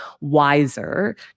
wiser